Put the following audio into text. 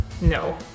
No